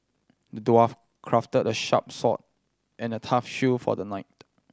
the dwarf crafted a sharp sword and a tough shield for the knight